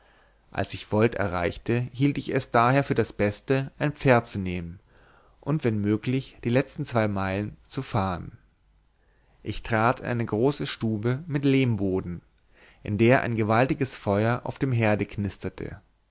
als ich vold erreichte hielt ich es daher für das beste ein pferd zu nehmen und wenn möglich die letzten zwei meilen zu fahren ich trat in eine große stube mit lehmboden in der ein gewaltiges feuer auf dem herde knisterte